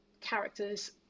characters